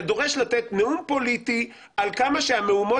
אלא דורש לתת נאום פוליטי על כמה שהמהומות